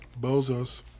bozos